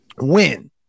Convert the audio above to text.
win